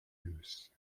use